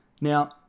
Now